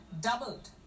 doubled